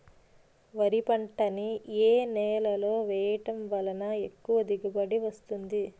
వరి పంట ని ఏ నేలలో వేయటం వలన ఎక్కువ దిగుబడి వస్తుంది?